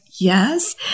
Yes